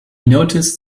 noticed